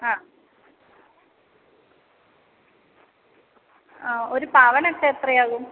ആ ആ ഒര് പവനൊക്കെ എത്രയാകും